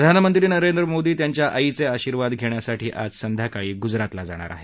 प्रधानमंत्री नरेंद्र मोदी त्यांच्या आईचे आशीर्वाद घेण्यासाठी आज संध्याकाळी गुजरातला जाणार आहे